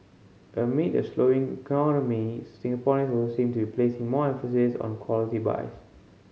amid a slowing economy Singaporeans also seem to be placing more emphasis on quality buys